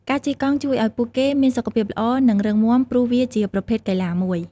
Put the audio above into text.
ការជិះកង់ជួយឱ្យពួកគេមានសុខភាពល្អនិងរឹងមាំព្រោះវាជាប្រភេទកីឡាមួយ។